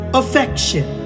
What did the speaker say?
affection